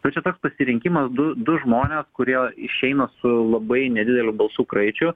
tai čia toks pasirinkimas du du žmonės kurie išeina su labai nedideliu balsų kraičiu